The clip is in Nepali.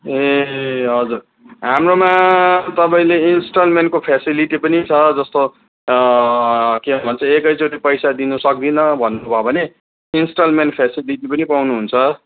ए हजुर हाम्रोमा तपाईँले इन्स्टलमेन्टको फेसिलिटी पनि छ जस्तो के भन्छ एकैचोटि पैसा दिनु सक्दिनँ भन्नुभयो भने इन्स्टलमेन्ट फेसेलिटी पनि पाउनु हुन्छ